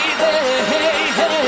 baby